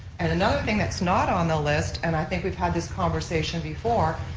and another thing that's not on the list, and i think we've had this conversation before,